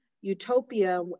Utopia